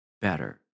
better